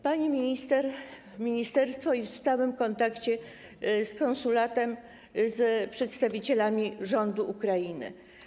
Pani minister i ministerstwo są w stałym kontakcie z konsulatem, z przedstawicielami rządu Ukrainy.